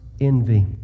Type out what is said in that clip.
envy